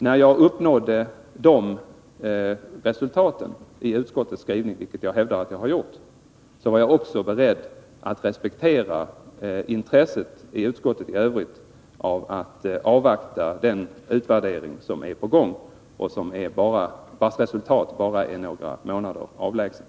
När jag uppnådde de resultaten i utskottets skrivning, vilket jag hävdar att jag har gjort, var jag också beredd att respektera intresset i utskottet i övrigt av att avvakta den utvärdering som är på gång och vars resultat bara är några månader avlägsen.